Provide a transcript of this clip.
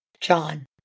John